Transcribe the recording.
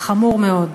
חמור מאוד.